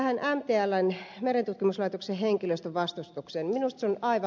tähän mtln merentutkimuslaitoksen henkilöstön vastustukseen